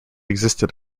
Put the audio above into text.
existed